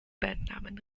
bandnamen